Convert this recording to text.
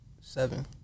seven